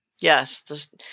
Yes